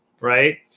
right